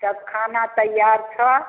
सभ खाना तैयार छऽ